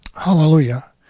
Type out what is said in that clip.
Hallelujah